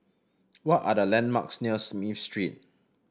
what are the landmarks near Smith Street